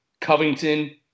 Covington